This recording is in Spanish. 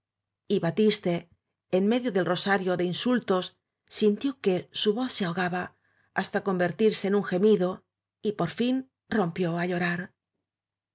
y batiste en medio del rosario de insultos sintió que su voz se ahogaba hasta convertirse en un gemido y por fin rompió á llorar